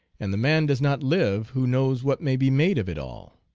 and the man does not live who knows what may be made of it all.